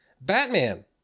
Batman